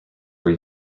were